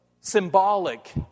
symbolic